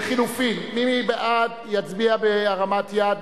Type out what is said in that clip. לחלופין, מי בעד לחלופין, יצביע בהרמת יד.